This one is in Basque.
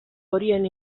horien